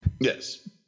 Yes